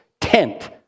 tent